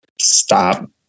Stop